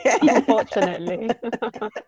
Unfortunately